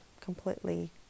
completely